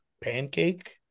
Pancake